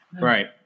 Right